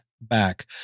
back